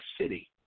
city